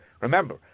Remember